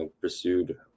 pursued